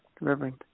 Reverend